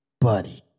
buddy